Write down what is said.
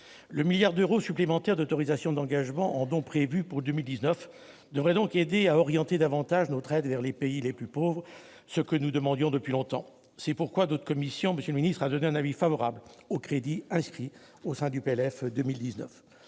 Le milliard d'euros supplémentaire d'autorisations d'engagement en dons prévu pour 2019 devrait donc aider à orienter davantage notre aide vers les pays les plus pauvres, ce que nous demandions depuis longtemps. C'est pourquoi notre commission a donné un avis favorable aux crédits inscrits au sein du projet